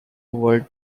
world